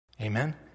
Amen